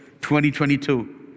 2022